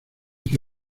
que